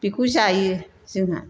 बेखौ जायो जोंहा